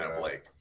Blake